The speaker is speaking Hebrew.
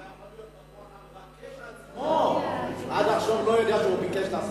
אתה יכול להיות בטוח שהמבקש עצמו עד עכשיו לא יודע שהוא ביקש להסיק.